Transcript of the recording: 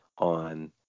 on